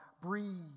breathe